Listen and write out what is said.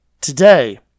today